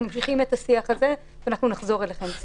ונחזור אליכם.